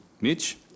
Mitch